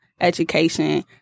education